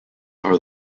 are